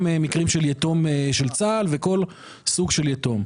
מקרים של יתום של צה"ל וכל סוג של יתום.